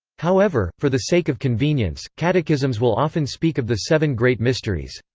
however, for the sake of convenience, catechisms will often speak of the seven great mysteries.